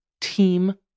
team